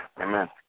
Amen